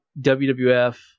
WWF